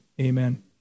amen